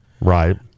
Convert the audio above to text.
Right